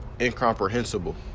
incomprehensible